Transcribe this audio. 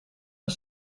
een